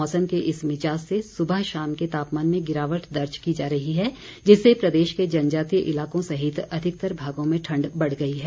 मौसम के इस मिजाज़ से सुबह शाम के तापमान में गिरावट दर्ज की जा रही है जिससे प्रदेश के जनजातीय इलाकों सहित अधिकतर भागों में ठंड बढ़ गई है